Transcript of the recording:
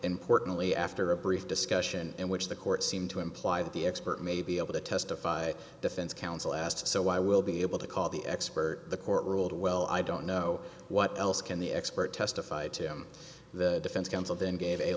importantly after a brief discussion in which the court seemed to imply that the expert may be able to testify defense counsel asked so i will be able to call the expert the court ruled well i don't know what else can the expert testified to him the defense counsel then ga